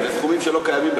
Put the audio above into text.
זה סכומים שלא קיימים,